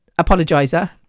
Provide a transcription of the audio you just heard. apologizer